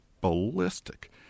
ballistic